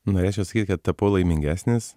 norėčiau sakyt kad tapau laimingesnis